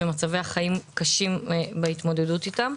ומצבי החיים קשים בהתמודדות איתם.